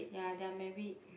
ya they are married